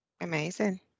amazing